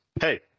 hey